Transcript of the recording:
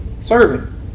serving